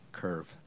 curve